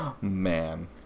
Man